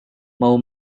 mau